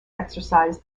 exercise